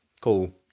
Cool